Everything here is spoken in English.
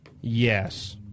Yes